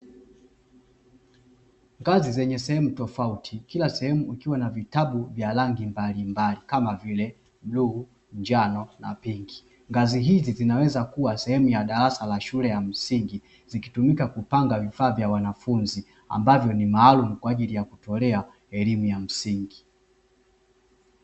Ngazi zenye sehemu tofauti kila sehemu kukiwa na vitabu vya rangi mbalimbali kama vile buluu, njano na pinki. Ngazi hizi zinaweza kuwa sehemu ya darasa la shule za msingi zikitumika kupanga vifaa vya wanafunzi ambavyo ni maalumu kwa ajili ya kutolea elimu ya msingi.